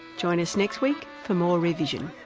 join us next week for more rear vision.